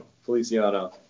Feliciano